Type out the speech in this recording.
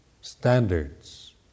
standards